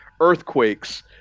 earthquakes